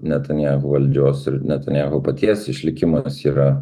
netanjahu valdžios ir netanjahu paties išlikimas yra